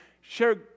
share